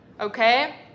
Okay